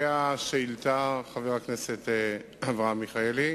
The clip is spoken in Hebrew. לגבי השאילתא, חבר הכנסת אברהם מיכאלי,